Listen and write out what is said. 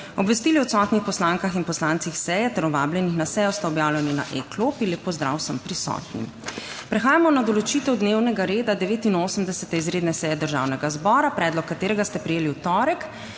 Obvestili odsotnih poslankah in poslancih seje ter o vabljenih na sejo sta objavljeni na e-klopi. Lep pozdrav vsem prisotnim. Prehajamo na **določitev dnevnega reda** 89. izredne seje Državnega zbora, predlog katerega ste prejeli v torek,